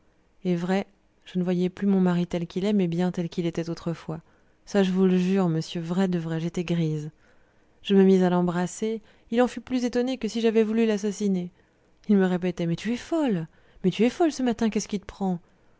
et vrai je ne voyais plus mon mari tel qu'il est mais bien tel qu'il était autrefois ça je vous le jure monsieur vrai de vrai j'étais grise je me mis à l'embrasser il en fut plus étonné que si j'avais voulu l'assassiner il me répétait mais tu es folle mais tu es folle ce matin qu'est-ce qui te prend